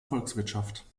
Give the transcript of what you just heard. volkswirtschaft